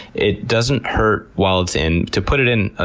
it doesn't hurt while it's in. to put it in, ah